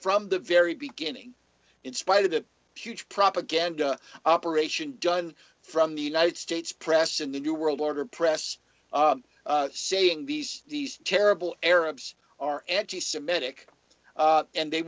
from the very beginning in spite of the huge propaganda operation done from the united states press in the new world order press saying these these terrible arabs are anti semitic and they